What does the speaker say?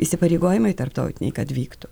įsipareigojimai tarptautiniai kad vyktų